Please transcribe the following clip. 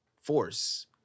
force